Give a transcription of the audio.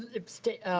abstained?